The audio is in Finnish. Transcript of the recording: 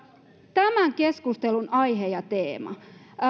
tämän keskustelun aihe ja teema